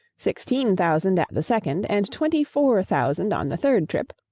sixteen thousand at the second, and twenty-four thousand on the third trip,